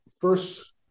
first